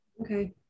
okay